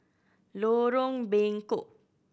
Lorong Bengkok